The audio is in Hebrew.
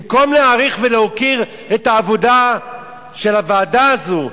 במקום להעריך ולהוקיר את העבודה של הוועדה הזאת,